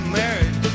married